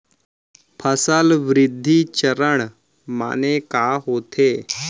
फसल वृद्धि चरण माने का होथे?